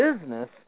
business